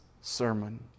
sermon